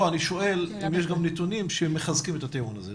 אני שואל אם יש גם נתונים שמחזקים את הטיעון הזה.